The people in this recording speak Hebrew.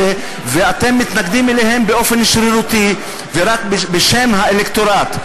ואתם מתנגדים אליהן באופן שרירותי ורק בשם האלקטורט.